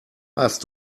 hast